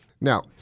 Now